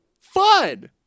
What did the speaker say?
Fun